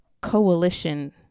coalition